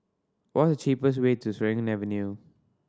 what is the cheapest way to Serangoon Avenue